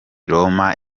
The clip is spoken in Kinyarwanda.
roma